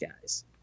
guys